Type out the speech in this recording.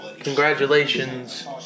Congratulations